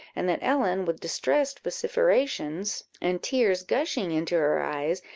and that ellen, with distressed vociferation and tears gushing into her eyes,